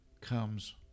comes